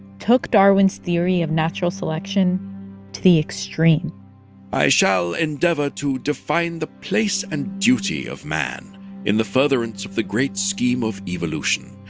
took darwin's theory of natural selection to the extreme i shall endeavor to define the place and duty of man in the furtherance of the great scheme of evolution,